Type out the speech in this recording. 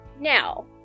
Now